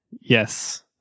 Yes